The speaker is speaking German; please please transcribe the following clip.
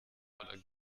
oder